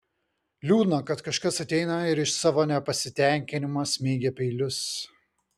liūdna kad kažkas ateina ir iš savo nepasitenkinimo smeigia peilius